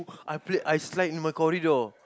I played ice slide in my corridor